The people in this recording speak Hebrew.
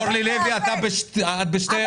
אורלי לוי, את בשתי קריאות.